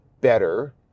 better